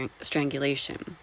strangulation